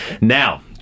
Now